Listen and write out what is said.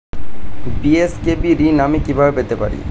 BSKB ঋণ আমি কিভাবে পেতে পারি?